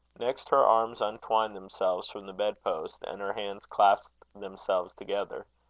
next her arms untwined themselves from the bed-post, and her hands clasped themselves together.